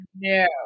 No